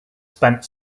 spent